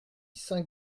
saint